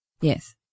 Yes